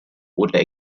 oder